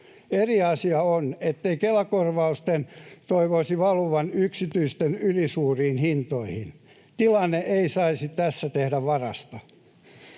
Eri asia on, ettei Kela-korvausten toivoisi valuvan yksityisten ylisuuriin hintoihin. Tilanne ei saisi tässä tehdä varasta.